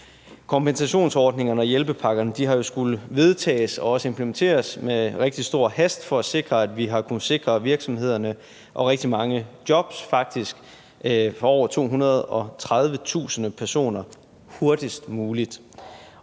Kompensationsordningerne og hjælpepakkerne har skullet vedtages og også implementeres med rigtig stor hast, for at vi har kunnet sikre virksomhederne og rigtig mange jobs – faktisk for over 230.000 personer – hurtigst muligt.